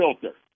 filter